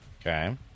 Okay